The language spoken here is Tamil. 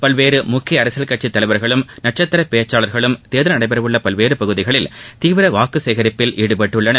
பல்வேறு முக்கிய அரசியல் கட்சி தலைவர்களும் நட்சத்திர பேச்சாளர்களும் தேர்தல் நடைபெறவுள்ள பல்வேறு பகுதிகளில் தீவிர வாக்கு சேகரிப்பில் ஈடுபட்டுள்ளனர்